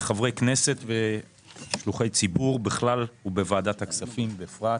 כחברי כנסת ושלוחי ציבור בכלל ובוועדת הכספים בפרט.